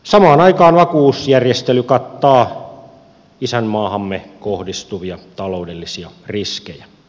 samaan aikaan vakuusjärjestely kattaa isänmaahamme kohdistuvia taloudellisia riskejä